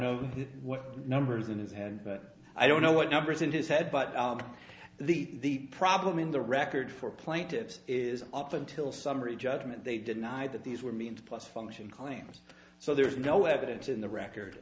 know what numbers in his hand but i don't know what numbers in his head but the problem in the record for plaintiffs is up until summary judgment they deny that these were means plus function claims so there is no evidence in the record